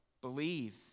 Believe